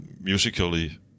musically